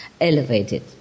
elevated